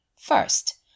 First